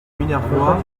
minervois